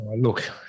Look